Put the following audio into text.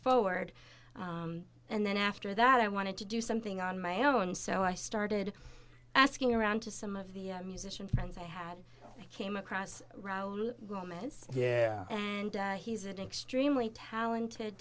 forward and then after that i wanted to do something on my own so i started asking around to some of the musician friends i had came across gomez and he's an extremely talented